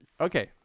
Okay